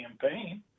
campaign